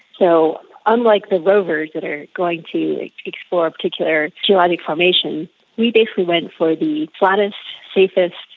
so unlike the rovers that are going to explore a particular geologic formation, we basically went for the flattest, safest,